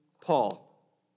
Paul